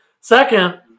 Second